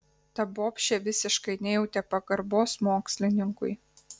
ta bobšė visiškai nejautė pagarbos mokslininkui